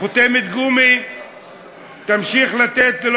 חותמת גומי תמשיך להינתן,